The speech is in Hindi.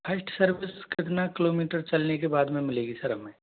फर्स्ट सर्विस कितना किलोमीटर चलने कि बाद में मिलेगी सर हमें